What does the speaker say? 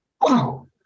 Wow